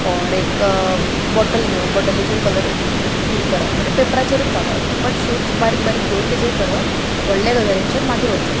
ओर एक बोटल घेवप बोटलीचेर कलर फील करप म्हणजे पेपराचेरूच काडप बट शेप्स बारीक बारीक घेवन तांचेर करप व्हडले गजालींचेर मागीर वचप